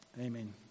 Amen